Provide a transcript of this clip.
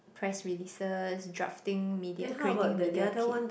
press releases drafting media creating media kit